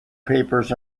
papers